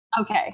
okay